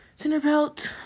cinderpelt